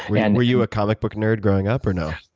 and were you a comic book nerd growing up, or no?